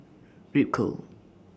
Ripcurl